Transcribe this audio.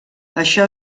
això